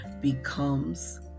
becomes